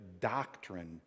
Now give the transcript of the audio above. doctrine